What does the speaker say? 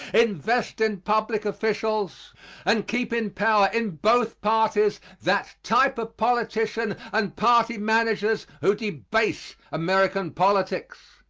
invest in public officials and keep in power in both parties that type of politicians and party managers who debase american politics.